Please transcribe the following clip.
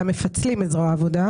אלא מפצלים את זרוע העבודה.